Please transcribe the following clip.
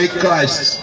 Christ